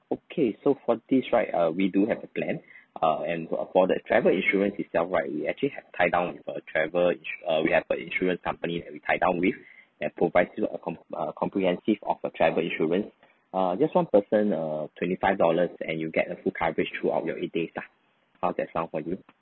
okay so for this right uh we do have a plan uh and for that travel insurance itself right we actually have tie down with a travel uh we have a insurance company that we tie down with that provides you a com~ a comprehensive of a travel insurance ah just one person err twenty five dollars and you'll get a full coverage throughout your eight days lah how's that sound for you